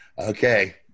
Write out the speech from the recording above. Okay